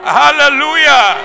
hallelujah